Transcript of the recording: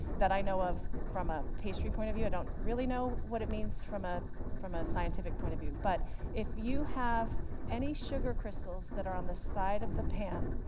that i know of, from a pastry point of view. i don't really know what it means from ah from a scientific point of view. but if you have any sugar crystals that are on the side of the pan.